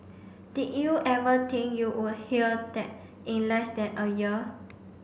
did you ever think you would hear that in less than a year